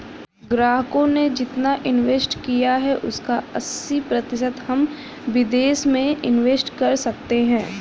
ग्राहकों ने जितना इंवेस्ट किया है उसका अस्सी प्रतिशत हम विदेश में इंवेस्ट कर सकते हैं